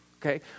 okay